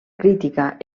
crítica